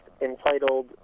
entitled